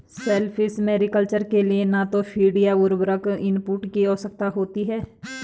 shellfish mariculture के लिए न तो फ़ीड या उर्वरक इनपुट की आवश्यकता होती है